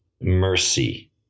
mercy